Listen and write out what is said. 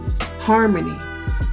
harmony